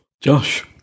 Josh